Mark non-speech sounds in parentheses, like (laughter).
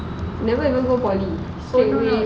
never even go poly (noise)